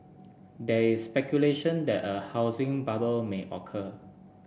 there is speculation that a housing bubble may occur